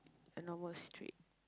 a normal street